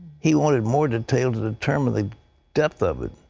he wanted more detail to determine the depth of it.